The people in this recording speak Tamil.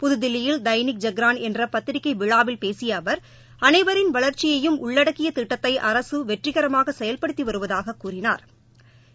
புதுதில்லியில் தைனிக் ஜக்ரன் என்ற பத்திரிகை விழாவில் பேசிய அவர் அனைவரின் வளர்ச்சியையும் உள்ளடக்கிய திட்டத்தை அரசு வெற்றிகரமாக செயல்படுத்தி வருவதாகக் கூறினாா்